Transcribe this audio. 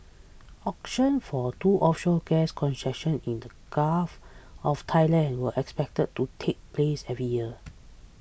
auctions for two offshore gas concessions in the gulf of Thailand were expected to take place every year